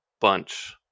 bunch